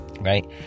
right